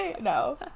no